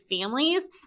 families